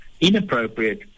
inappropriate